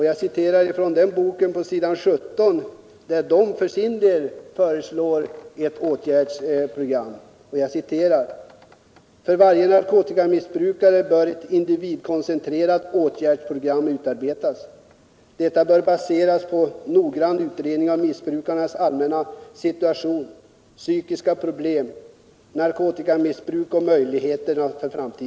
Jag citerar ur boken på s. 17 där man föreslår ett åtgärdsprogram: ”För varje narkotikamissbrukare bör ett individcentrerat åtgärdsprogram utarbetas. Detta bör baseras på en noggrann utredning av missbrukarens allmänna situation, psykiska problem, narkotikamissbruk och möjligheter.